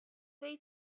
way